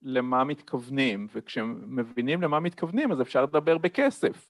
למה מתכוונים וכשמבינים למה מתכוונים אז אפשר לדבר בכסף